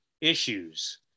issues